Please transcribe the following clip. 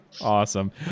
awesome